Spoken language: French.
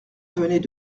venaient